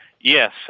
Yes